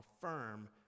firm